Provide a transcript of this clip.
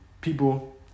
People